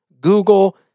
Google